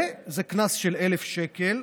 זה קנס של 1,000 שקל.